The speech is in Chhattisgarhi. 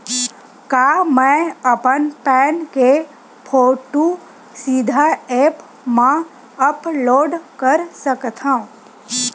का मैं अपन पैन के फोटू सीधा ऐप मा अपलोड कर सकथव?